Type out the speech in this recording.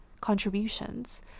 contributions